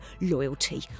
loyalty